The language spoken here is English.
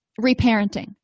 reparenting